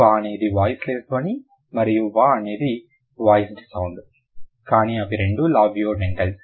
ఫా అనేది వాయిస్లెస్ ధ్వని మరియు వ అనేది వాయిస్డ్ సౌండ్ కానీ అవి రెండూ లాబియోడెంటల్స్